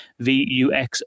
VUX